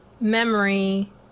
memory